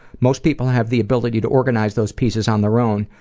most people have the ability to organize those pieces on their own.